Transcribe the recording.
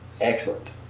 excellent